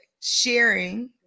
sharing